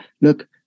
look